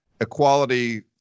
equality